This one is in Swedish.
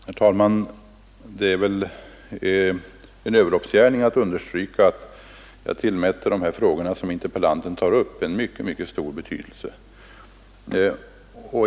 Herr talman! Det är väl en överloppsgärning att säga att jag tillmäter interpellantens frågor en mycket, mycket stor betydelse.